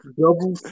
double